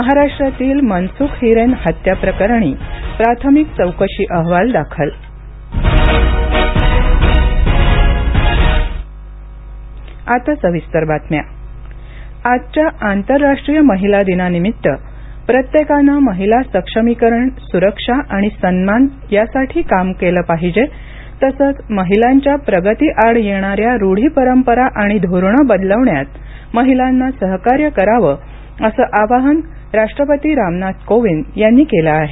महाराष्ट्रातील मनसूख हिरेन हत्याप्रकरणी प्राथमिक चौकशी अहवाल दाखल महिला दिन राष्ट्रपती आजच्या आंतरराष्ट्रीय महिला दिनानिमित्त प्रत्येकानं महिला सक्षमीकरण सुरक्षा आणि सन्मान यासाठी काम केलं पाहिजे तसंच महिलांच्या प्रगतीआड येणाऱ्या रुढी परंपरा आणि धोरणं बदलवण्यात महिलांना सहकार्य करावं असं आवाहन राष्ट्रपती रामनाथ कोविंद यांनी केलं आहे